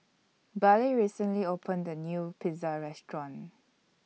Bailee recently opened A New Pizza Restaurant